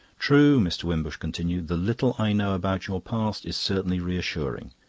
true, mr. wimbush continued, the little i know about your past is certainly reassuring.